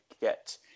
get